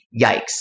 yikes